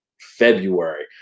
February